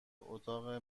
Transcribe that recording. اتاق